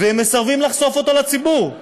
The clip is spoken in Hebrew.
והם מסרבים לחשוף אותה לציבור.